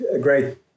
great